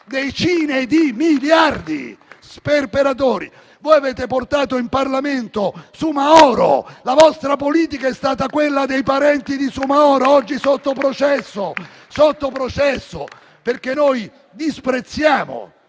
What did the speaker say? Decine di miliardi! Sperperatori! Voi avete portato in Parlamento Soumahoro. La vostra politica è stata quella dei parenti di Soumahoro, oggi sotto processo. Noi disprezziamo